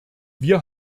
wir